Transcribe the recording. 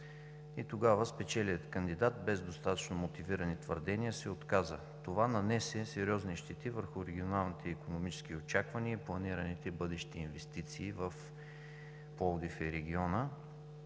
тогава спечелилият кандидат, без достатъчно мотивирани твърдения, се отказа. Това нанесе сериозни щети върху регионалните и икономическите очаквания и планираните бъдещи инвестиции в Пловдив и региона,